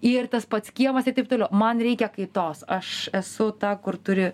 ir tas pats kiemas ir taip toliau man reikia kaitos aš esu ta kur turi